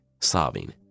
sobbing